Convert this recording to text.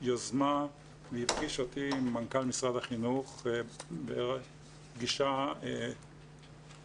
יוזמה והפגיש אותי עם מנכ"ל משרד החינוך בפגישה משותפת,